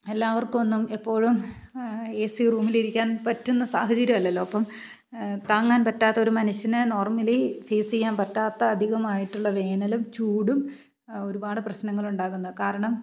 എല്ലാവർക്കൊന്നും എപ്പോഴും A C റൂമിലിരിക്കാൻ പറ്റുന്ന സാഹചര്യമല്ലല്ലോ അപ്പം താങ്ങാൻ പറ്റാത്തൊരു മനുഷ്യന് നോർമലി ഫേസ് ചെയ്യാൻ പറ്റാത്ത അധികമായിട്ടുള്ള വേനലും ചൂടും ഒരുപാട് പ്രശ്നങ്ങളുണ്ടാക്കുന്നു കാരണം